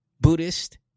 Buddhist